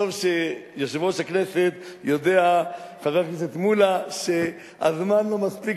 טוב שיודע יושב-ראש הכנסת חבר הכנסת מולה שהזמן לא מספיק